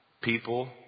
people